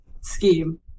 scheme